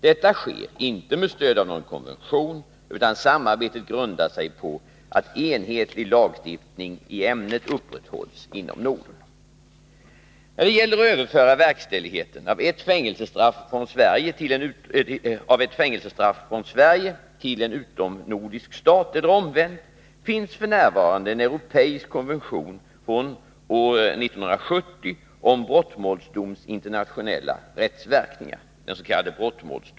Detta sker inte med stöd av någon konvention, utan samarbetet grundar sig på att enhetlig lagstiftning i ämnet upprätthålls inom Norden. När det gäller att överföra verkställigheten av ett fängelsestraff från Sverige till en utomnordisk stat eller omvänt finns f.n. en europeisk konvention från år 1970 om brottmålsdoms internationella rättsverkningar .